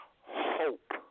hope